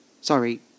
Sorry